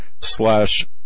slash